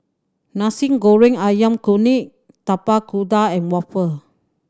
Nasi Goreng Ayam Kunyit Tapak Kuda and waffle